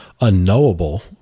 unknowable